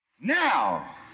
Now